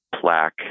plaque